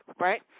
right